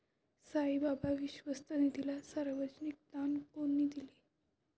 साईबाबा विश्वस्त निधीला सर्वाधिक दान कोणी दिले?